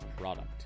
product